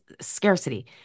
scarcity